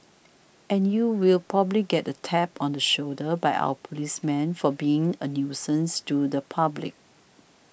and you will probably get a tap on the shoulder by our policemen for being a nuisance to the public